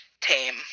tame